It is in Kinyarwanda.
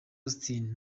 austin